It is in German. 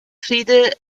friede